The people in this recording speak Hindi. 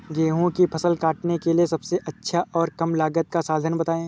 गेहूँ की फसल काटने के लिए सबसे अच्छा और कम लागत का साधन बताएं?